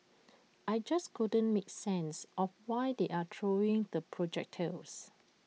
I just couldn't make sense of why they are throwing the projectiles